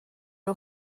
nhw